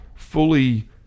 fully